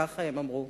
כך הם אמרו.